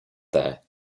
there